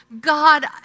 God